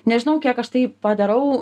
nežinau kiek aš tai padarau